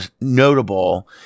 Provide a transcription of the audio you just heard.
notable